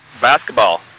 Basketball